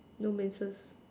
no menses